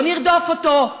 לא נרדוף אותו,